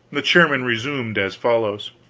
the chairman resumed as follows